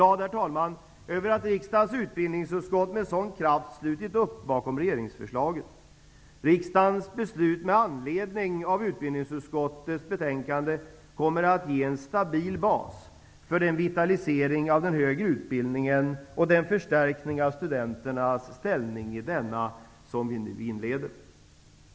Jag är glad över att riksdagens utbildningsutskott med sådan kraft slutit upp bakom regeringsförslaget. Riksdagens beslut med anledning av utbildningsutskottets betänkande kommer att utgöra en stabil bas för den vitalisering av den högre utbildningen och den förstärkning av studenternas ställning som vi nu inleder.